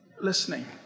listening